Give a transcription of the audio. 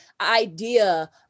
idea